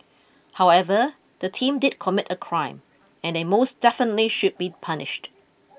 however the team did commit a crime and they most definitely should be punished